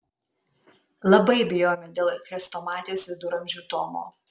labai bijojome dėl chrestomatijos viduramžių tomo